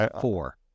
Four